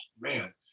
man